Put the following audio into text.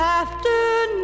afternoon